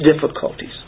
difficulties